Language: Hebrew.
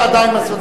זה שלו,